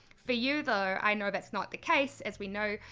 for you though, i know that's not the case. as we know,